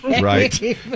right